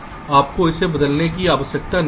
इसलिए आपको इसे बदलने की आवश्यकता नहीं है